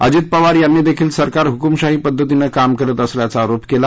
अजीत पवार यांनी देखील सरकार हुकूमशाही पध्दतीनं काम करत असल्याचा आरोप केला